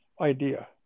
idea